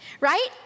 right